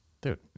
Dude